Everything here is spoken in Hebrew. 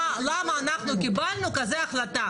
למה אנחנו קיבלנו החלטה כזו.